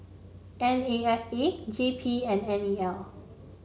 N A F A J P and N E L